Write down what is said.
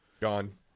Gone